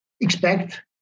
Expect